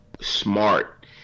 smart